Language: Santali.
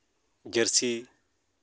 ᱡᱟᱹᱨᱥᱤ